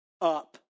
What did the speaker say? up